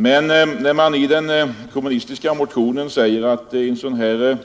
Men när man i den kommunistiska motionen säger att en sådan här